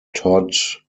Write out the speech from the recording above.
todd